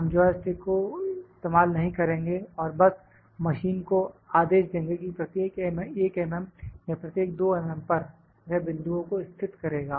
हम joystick को इस्तेमाल नहीं करेंगे और बस मशीन को आदेश देंगे कि प्रत्येक 1 mm या प्रत्येक 2 mm पर वह बिंदुओं को स्थित करेगा